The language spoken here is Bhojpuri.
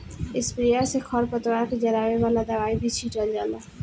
स्प्रेयर से खर पतवार के जरावे वाला दवाई भी छीटल जाला